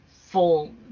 full